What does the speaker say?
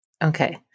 Okay